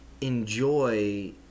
enjoy